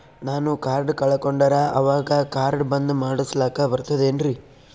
ನಾನು ಕಾರ್ಡ್ ಕಳಕೊಂಡರ ಅವಾಗ ಕಾರ್ಡ್ ಬಂದ್ ಮಾಡಸ್ಲಾಕ ಬರ್ತದೇನ್ರಿ?